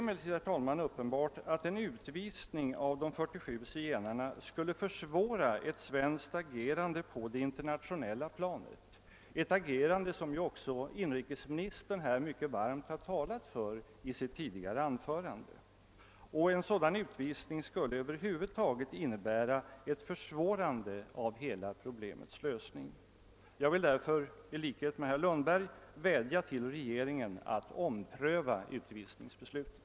Det är uppenbart att en utvisning av de 47 zigenarna skulle försvåra det svenska agerandet på det internationella planet, ett agerande som inrikesministern i sitt tidigare anförande ju också talat mycket varmt för. En sådan utvisning skulle över huvud taget innebära ett försvårande av hela problemets lösning. Jag vill därför i likhet med herr Lundberg vädja till regeringen att ompröva utvisningsbeslutet.